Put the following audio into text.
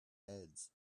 heads